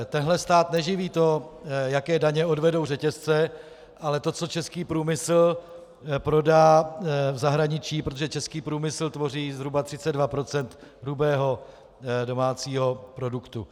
Tento stát neživí to, jaké daně odvedou řetězce, ale to, co český průmysl prodá v zahraničí, protože český průmysl tvoří zhruba 32 % hrubého domácího produktu.